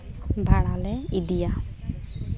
ᱵᱷᱟᱲᱟ ᱞᱮ ᱤᱫᱤᱭᱟ